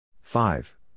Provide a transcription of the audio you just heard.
Five